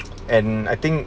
and I think